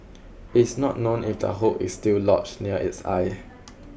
is not known if the hook is still lodged near its eye